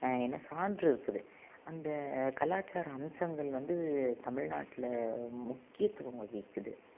ஏனால் சான்று இருக்குது அந்த கலாச்சாரம் அம்சங்கள் வந்து தமிழ்நாட்டில் முக்கியத்துவம் வகிக்கிது